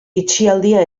itxialdia